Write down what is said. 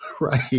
right